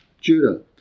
Judah